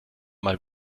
mal